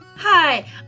Hi